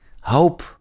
hope